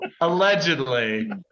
allegedly